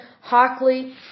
Hockley